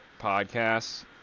podcasts